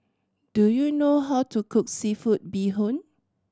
do you know how to cook seafood bee hoon